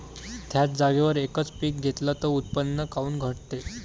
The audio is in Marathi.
थ्याच जागेवर यकच पीक घेतलं त उत्पन्न काऊन घटते?